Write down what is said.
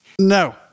No